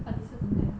but this year don't have